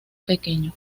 pequeño